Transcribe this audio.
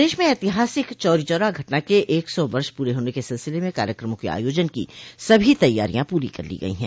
प्रदेश में ऐतिहासिक चौरी चौरा घटना के एक सौ वर्ष पूरे होने के सिलसिले में कार्यक्रमों के आयोजन की सभी तैयारियां पूरी कर ली गई हैं